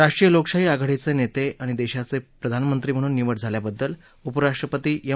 राष्ट्रीय लोकशाही आघाडीचे नेते आणि देशाचे प्रधानमंत्री म्हणून निवड झाल्याबद्दल उपराष्ट्रपती एम